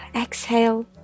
exhale